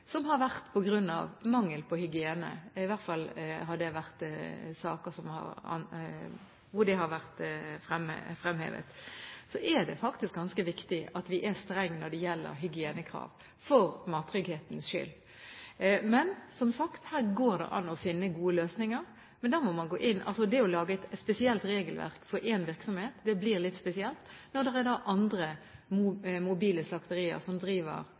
det vært saker hvor det har vært fremme – er det faktisk ganske viktig at vi er strenge når det gjelder hygienekrav, for mattrygghetens skyld. Men, som sagt, her går det an å finne gode løsninger. Det å lage et spesielt regelverk for én virksomhet blir litt spesielt når det er andre mobile slakterier som driver